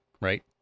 right